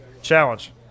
Challenge